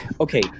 Okay